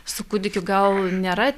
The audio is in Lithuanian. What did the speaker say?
su kūdikiu gal nėra